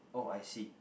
oh I see